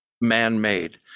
man-made